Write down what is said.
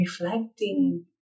reflecting